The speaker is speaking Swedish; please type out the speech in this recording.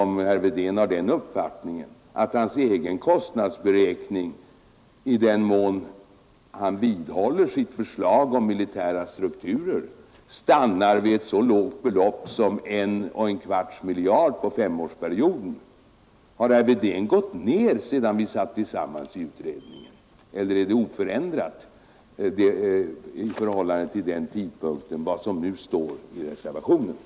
Om herr Wedén har den uppfattningen, förstår jag inte varför hans egna kostnadsberäkningar i den mån han vidhåller sitt förslag om militära strukturer stannar vid ett så lågt belopp som 1 1/4 miljard på en femårsperiod. Har herr Wedén gått ner sedan vi satt tillsammans i utredningen eller är det som nu står i reservationen oförändrat i förhållande till den tidpunkten?